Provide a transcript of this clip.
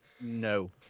no